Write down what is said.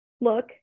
look